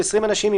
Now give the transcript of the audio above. ו-20 אנשים,